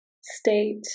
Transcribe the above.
state